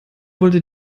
wollte